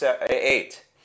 eight